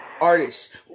artists